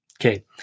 Okay